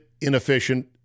inefficient